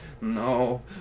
no